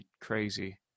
crazy